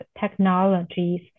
technologies